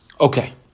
Okay